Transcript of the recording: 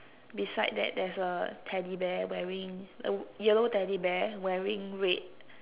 beside that there's a teddy bear wearing uh yellow teddy bear wearing red